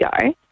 go